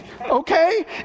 okay